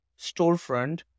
storefront